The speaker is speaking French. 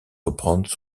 reprendre